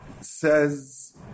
says